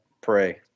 Pray